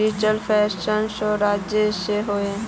Digital financial services की होय?